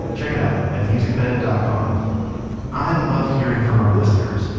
check it out a musicbed dot com i love hearing from our listeners.